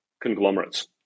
conglomerates